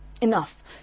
Enough